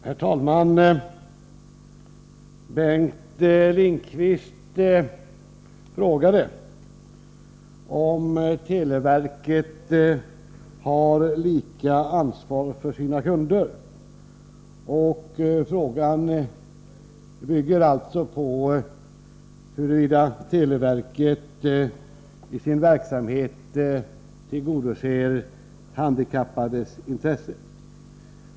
Herr talman! Bengt Lindqvist frågade om televerket har samma ansvar för alla sina kunder. Frågan gäller alltså huruvida televerket i sin verksamhet tillgodoser handikappades intressen.